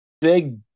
big